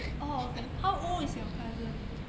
orh okay how old is your cousin